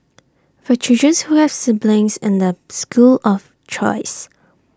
for children who have siblings in their school of choice